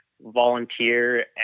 volunteer